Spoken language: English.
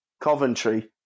Coventry